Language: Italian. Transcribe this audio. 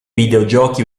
videogiochi